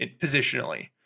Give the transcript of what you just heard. positionally